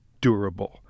durable